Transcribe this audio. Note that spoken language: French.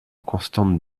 constante